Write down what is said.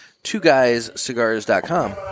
Twoguyscigars.com